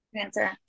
Answer